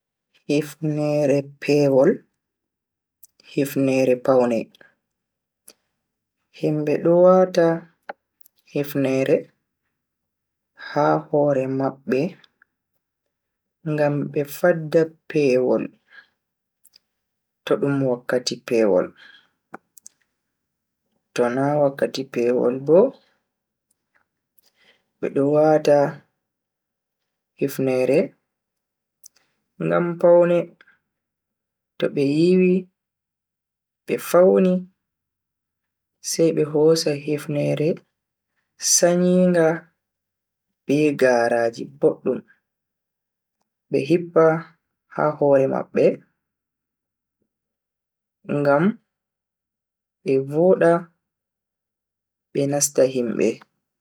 Hifneere pewol, hifneere pawne. Himbe do wata hifneere ha hore mabbe ngam be fadda pewol to dum wakkati pewol, tona wakkati pewol bo, bedo wata hineere ngam pawne to be yiwi be fawni sai be hosa hifneere sanyinga be gaaraji boddum be hippa ha hore mabbe ngam be vooda be nasta himbe.